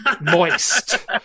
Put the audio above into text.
Moist